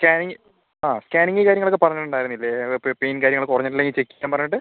scanning ആ scanning കാര്യങ്ങളൊക്കെ പറഞ്ഞിട്ടുണ്ടായിരുന്നില്ലേ പെയിനും കാര്യങ്ങളൊക്കെ കുറഞ്ഞിട്ടില്ലെങ്കിൽ ചെക്ക് ചെയ്യാൻ പറഞ്ഞിട്ട്